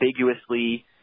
ambiguously